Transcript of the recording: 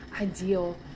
ideal